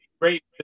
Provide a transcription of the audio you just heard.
Great